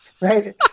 Right